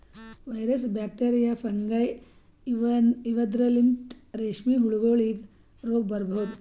virus, bacteria, fungi ಇವದ್ರಲಿಂತ್ ರೇಶ್ಮಿ ಹುಳಗೋಲಿಗ್ ರೋಗ್ ಬರಬಹುದ್